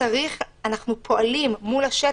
גם פועלים מול השטח,